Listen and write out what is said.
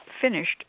finished